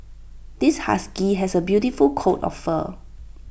this husky has A beautiful coat of fur